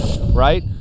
right